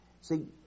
See